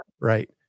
Right